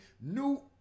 new